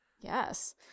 Yes